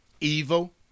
Evil